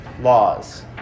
laws